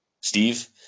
Steve